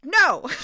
no